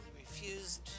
refused